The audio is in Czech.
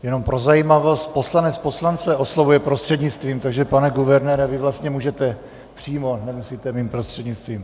Jenom pro zajímavost, poslanec poslance oslovuje prostřednictvím, takže pane guvernére, vy vlastně můžete přímo, nemusíte mým prostřednictvím.